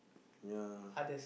ya